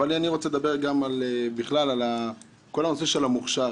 אבל אני רוצה לדבר גם בכלל על כל הנושא של המוכש"ר,